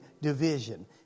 division